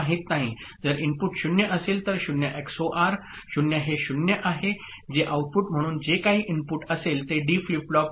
जर इनपुट 0 असेल तर 0 एक्सओआर 0 हे 0 आहे जे आऊटपुट म्हणून जे काही इनपुट असेल ते डी फ्लिप फ्लॉप करेल